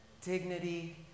dignity